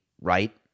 right